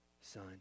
son